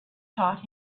taught